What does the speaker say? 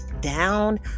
down